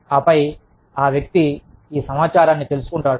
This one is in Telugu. ఆపై వ్యక్తి ఈ సమాచారాన్ని తెలుసుకుంటాడు